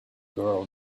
girl